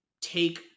take